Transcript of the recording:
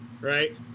right